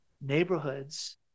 neighborhoods